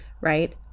right